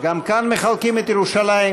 גם כאן מחלקים את ירושלים?